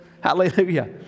hallelujah